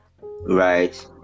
right